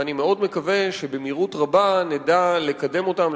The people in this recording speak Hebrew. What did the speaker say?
ואני מאוד מקווה שבמהירות רבה נדע לקדם אותן,